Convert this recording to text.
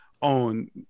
on